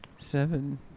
Seven